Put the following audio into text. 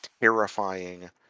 terrifying